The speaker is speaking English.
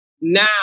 now